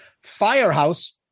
Firehouse